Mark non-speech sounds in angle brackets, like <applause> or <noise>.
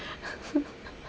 <laughs>